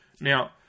Now